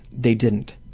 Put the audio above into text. they didn't.